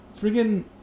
friggin